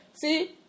See